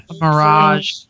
Mirage